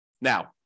Now